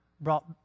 brought